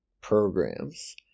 programs